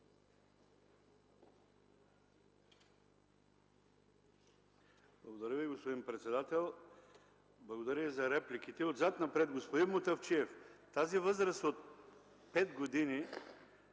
Благодаря Ви, господин председател. Благодаря за репликите. Господин Мутафчиев, тази възраст от 5 години